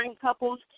couples